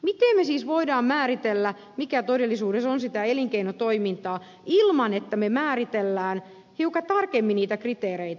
miten me siis voimme määritellä mikä todellisuudessa on sitä elinkeinotoimintaa ilman että me määrittelemme hiukan tarkemmin niitä kriteereitä